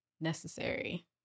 necessary